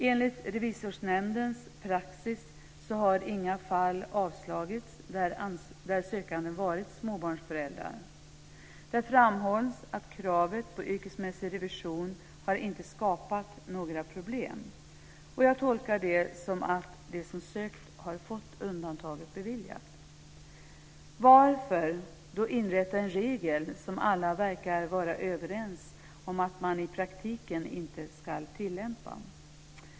Enligt Revisorsnämndens praxis har det inte blivit avslag i något fall där sökandena varit småbarnsföräldrar. Det framhålls att kravet på yrkesmässig revision inte har skapat några problem. Jag tolkar det som att de som sökt har fått ansökan om undantag beviljad. Varför då inrätta en regel som alla verkar vara överens om att man i praktiken inte ska tillämpa?